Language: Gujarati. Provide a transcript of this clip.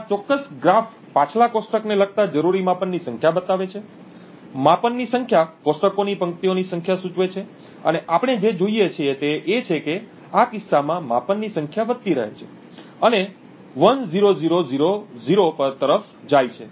તો આ ચોક્કસ ગ્રાફ પાછલા કોષ્ટકને લગતા જરૂરી માપનની સંખ્યા બતાવે છે માપનની સંખ્યા કોષ્ટકોની પંક્તિઓની સંખ્યા સૂચવે છે અને આપણે જે જોઈએ છીએ તે એ છે કે આ કિસ્સામાં માપનની સંખ્યા વધતી રહે છે અને 10000 તરફ જાય છે